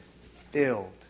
filled